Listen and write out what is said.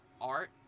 art